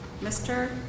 Mr